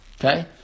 Okay